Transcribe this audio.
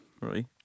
Right